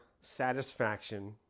satisfaction